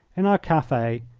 in our cafe,